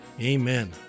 Amen